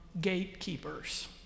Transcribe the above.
gatekeepers